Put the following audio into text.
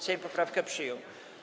Sejm poprawkę przyjął.